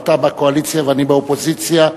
אתה בקואליציה ואני באופוזיציה,